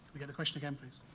the question again, please.